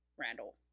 Randall